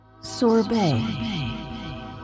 Sorbet